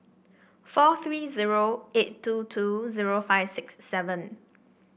four three zero eight two two zero five six seven